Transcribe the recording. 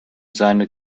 seine